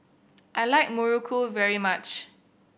I like Muruku very much